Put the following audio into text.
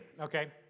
Okay